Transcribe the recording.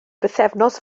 bythefnos